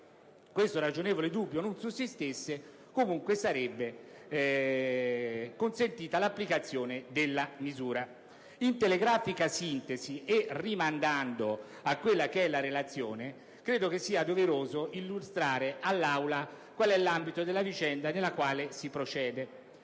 questo ragionevole dubbio non sussistesse, comunque sarebbe consentita l'applicazione della misura. In telegrafica sintesi e rimandando alla relazione, credo che sia doveroso illustrare all'Aula l'ambito della vicenda nella quale si procede.